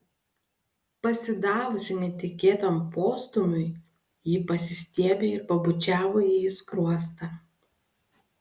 pasidavusi netikėtam postūmiui ji pasistiebė ir pabučiavo jį į skruostą